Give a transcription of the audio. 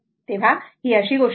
तर ही अशी गोष्ट आहे